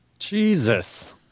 Jesus